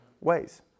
ways